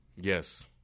Yes